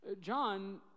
John